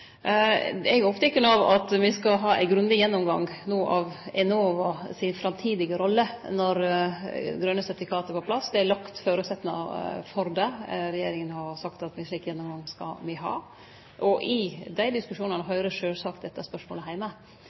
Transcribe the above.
Eg er oppteken av at me skal ha ein grundig gjennomgang av Enova si framtidige rolle når grøne sertifikat er på plass. Det er lagt føresetnader for det. Regjeringa har sagt at me skal ha ein slik gjennomgang, og i dei diskusjonane høyrer sjølvsagt dette spørsmålet heime.